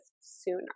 sooner